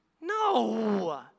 No